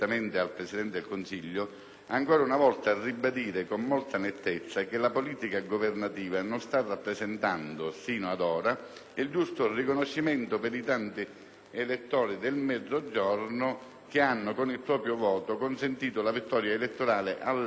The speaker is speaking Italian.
ancora una volta ribadire con molta nettezza che la politica governativa non sta rappresentando sino ad ora il giusto riconoscimento per i tanti elettori del Mezzogiorno, che con il proprio voto hanno consentito la vittoria elettorale alle elezioni politiche dello scorso anno.